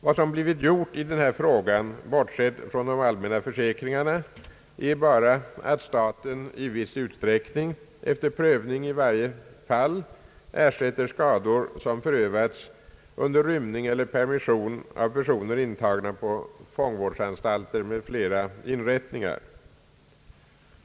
Vad som blivit gjort i denna fråga — bortsett från de allmänna försäkringarna är bara att staten i viss utsträckning, efter prövning i varje särskilt fall, ersätter skador som förövats under rymningar eller permission av personer intagna på fångvårdsanstalter eller liknande inrättningar.